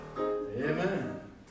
Amen